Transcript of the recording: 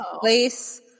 place